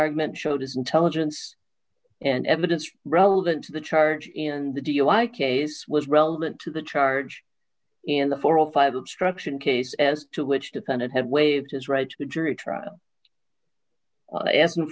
argument showed his intelligence and evidence relevant to the charge in the dui case was relevant to the charge in the four or five obstruction case as to which depended had waived his right to the jury trial